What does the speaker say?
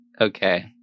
Okay